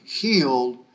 healed